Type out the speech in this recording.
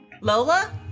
Lola